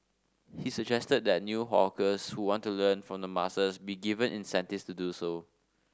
he suggested that new hawkers who want to learn from the masters be given incentives to do so